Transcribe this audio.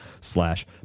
slash